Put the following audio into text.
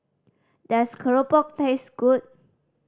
does keropok taste good